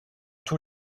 tous